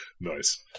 Nice